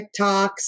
TikToks